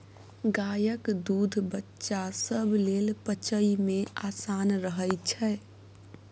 गायक दूध बच्चा सब लेल पचइ मे आसान रहइ छै